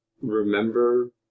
remember